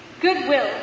goodwill